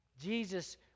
Jesus